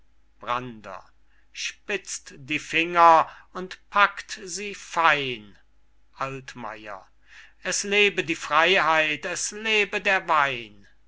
brander spitzt die finger und packt sie fein altmayer es lebe die freyheit es lebe der wein